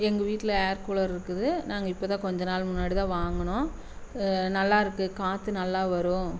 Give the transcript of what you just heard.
எங்கள் வீட்டில் air cooler இருக்குது நாங்கள் இப்போ தான் கொஞ்சம் நாள் முன்னாடி தான் வாங்கினோம் நல்லாருக்கு காத்து நல்லா வரும்